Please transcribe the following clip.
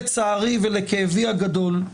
לצערי ולכאבי הגדול,